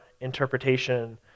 interpretation